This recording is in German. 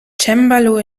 cembalo